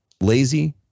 lazy